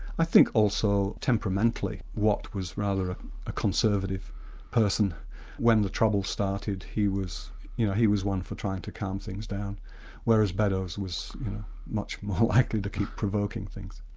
i think also temperamentally watt was rather a conservative person when the trouble started he was you know he was one for trying to calm things down whereas beddoes was much more likely to keep provoking things.